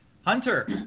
Hunter